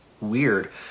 weird